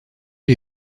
les